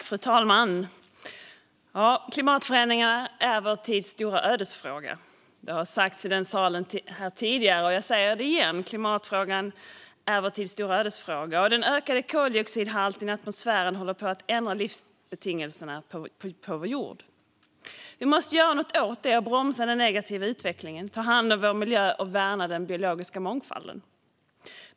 Fru talman! Klimatförändringarna är vår tids stora ödesfråga. Det har sagts i den här salen tidigare, och jag säger det igen: Klimatfrågan är vår tids stora ödesfråga. Den ökade koldioxidhalten i atmosfären håller på att ändra livsbetingelserna på vår jord. Vi måste göra något åt detta. Vi måste bromsa den negativa utvecklingen, ta hand om vår miljö och värna den biologiska mångfalden.